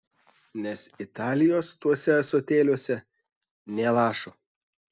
nes italijos tuose ąsotėliuose nė lašo